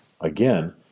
Again